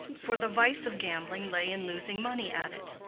for the vice of gambling lay in losing money at it.